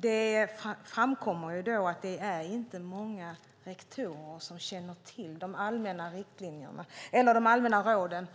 det framkommer att det inte är många rektorer som känner till de allmänna råden.